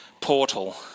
portal